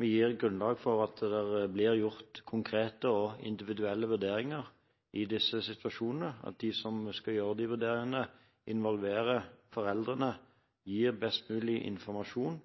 vi gir grunnlag for at det blir gjort konkrete og individuelle vurderinger i disse situasjonene, og at de som skal gjøre disse vurderingene, involverer foreldrene og gir best mulig informasjon